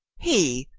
he!